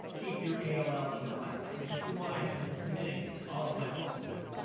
keep your aol email address, which is the one i had been submitting all of my books through.